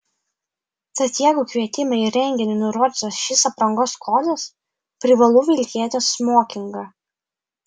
tad jeigu kvietime į renginį nurodytas šis aprangos kodas privalu vilkėti smokingą